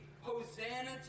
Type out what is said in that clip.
Hosanna